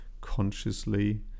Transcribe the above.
consciously